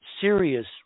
serious